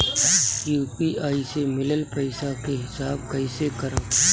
UPI से मिलल पईसा के हिसाब कइसे करब?